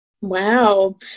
Wow